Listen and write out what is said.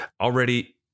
already